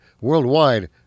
Worldwide